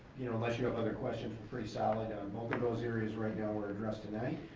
you know, unless you have other questions, we're pretty solid on both of those areas right now were addressed tonight.